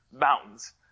mountains